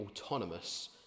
autonomous